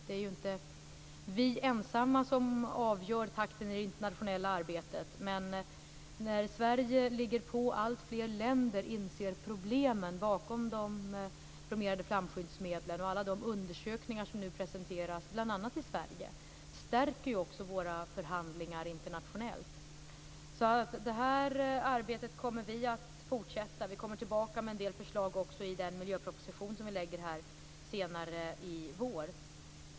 Det är ju inte vi ensamma som avgör takten i det internationella arbetet. Men Sverige ligger på, och alltfler länder inser problemen bakom de bromerade flamskyddsmedlen. Alla undersökningar som nu presenteras, bl.a. i Sverige, stärker oss också i våra internationella förhandlingar. Det här arbetet kommer vi att fortsätta. Vi kommer också tillbaka med en del förslag i den miljöproposition som vi lägger fram senare i vår.